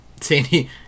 Sandy